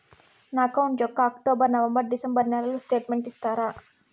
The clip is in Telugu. నా అకౌంట్ యొక్క అక్టోబర్, నవంబర్, డిసెంబరు నెలల స్టేట్మెంట్ ఇస్తారా?